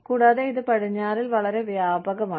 കൂടാതെ ഇത് പടിഞ്ഞാറ് വളരെ വ്യാപകമാണ്